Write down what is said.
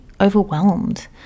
overwhelmed